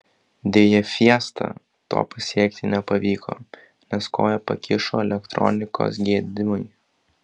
deja fiesta to pasiekti nepavyko nes koją pakišo elektronikos gedimai